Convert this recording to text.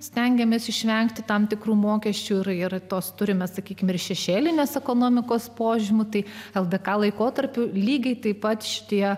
stengiamės išvengti tam tikrų mokesčių ir ir tos turime sakykime ir šešėlinės ekonomikos požymių tai ldk laikotarpiu lygiai taip pat šitie